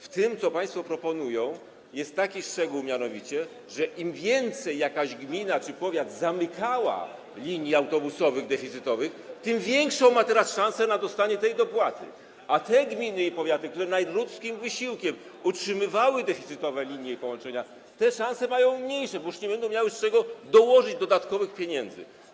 W tym, co państwo proponują, jest taki szczegół mianowicie, że im więcej jakaś gmina czy powiat zamykały linii autobusowych deficytowych, tym większe ma teraz szanse na dostanie tej dopłaty, a te gminy i powiaty, które nadludzkim wysiłkiem utrzymywały deficytowe linie i połączenia, te szanse mają mniejsze, bo już nie będą miały z czego dołożyć dodatkowych pieniędzy.